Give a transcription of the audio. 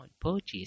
purchase